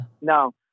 No